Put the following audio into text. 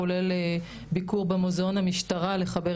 כולל ביקור במוזיאון המשטרה על מנת לחבר